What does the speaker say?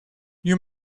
you